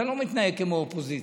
אתה לא מתנהג כמו אופוזיציה.